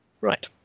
right